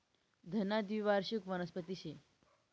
धना द्वीवार्षिक वनस्पती शे